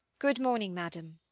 good morning, madam.